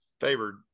favored